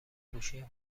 گوشی